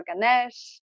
Ganesh